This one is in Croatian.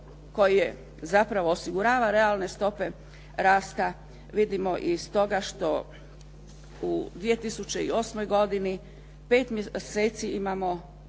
koji zapravo osigurava realne stope rasta vidimo iz toga što u 2008. godini pet mjeseci imamo